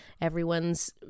everyone's